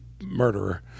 murderer